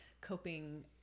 coping